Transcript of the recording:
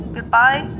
Goodbye